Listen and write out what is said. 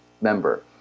member